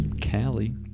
Cali